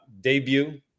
Debut